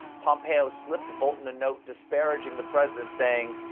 pompeo slipped bolton a note disparaging the president, saying,